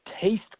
taste